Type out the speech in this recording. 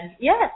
yes